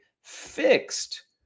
fixed